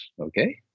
okay